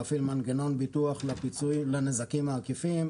להפעיל מנגנון ביטוח לנזקים העקיפים,